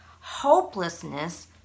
Hopelessness